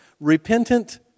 Repentant